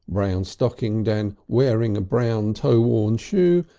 brown stockinged and wearing a brown toe-worn shoe,